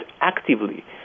actively